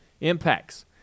impacts